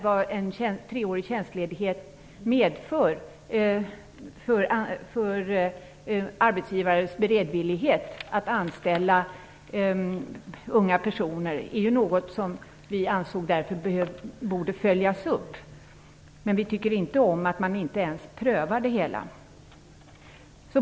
Vad en treårig tjänstledighet medför för en arbetsgivares beredvillighet att anställa unga personer är något som vi anser borde följas upp. Men vi tycker inte om att man inte ens prövar det hela.